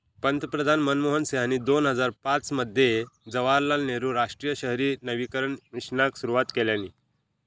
पंतप्रधान मनमोहन सिंहानी दोन हजार पाच मध्ये जवाहरलाल नेहरु राष्ट्रीय शहरी नवीकरण मिशनाक सुरवात केल्यानी